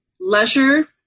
leisure